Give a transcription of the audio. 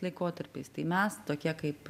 laikotarpiais tai mes tokie kaip